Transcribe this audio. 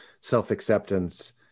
self-acceptance